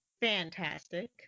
Fantastic